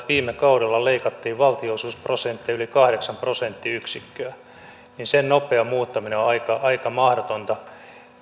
viime kaudella leikattiin valtionosuusprosenttia yli kahdeksan prosenttiyksikköä niin sen nopea muuttaminen on aika aika mahdotonta